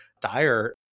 dire